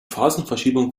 phasenverschiebung